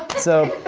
so